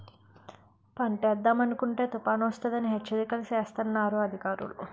పంటేద్దామనుకుంటే తుపానొస్తదని హెచ్చరికలు సేస్తన్నారు అధికారులు